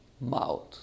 mouth